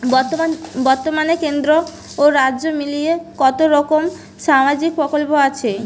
বতর্মানে কেন্দ্র ও রাজ্য মিলিয়ে কতরকম সামাজিক প্রকল্প আছে?